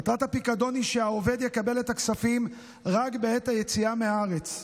מטרת הפיקדון היא שהעובד יקבל את הכספים רק בעת היציאה מהארץ.